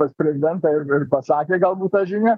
pas prezidentą ir ir pasakė galbūt tą žinią